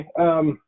Okay